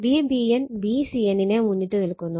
Vbn Vcn നെ മുന്നിട്ട് നിൽക്കുന്നു